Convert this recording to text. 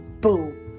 boom